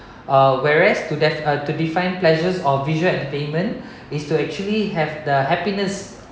uh whereas to def~ to define pleasures of visual entertainment is to actually have the happiness